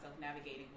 navigating